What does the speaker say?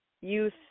youth